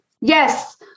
Yes